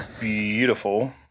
beautiful